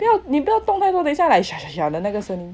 你不要你不要动太多等下 like sha sha sha 的那个声音